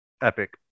epic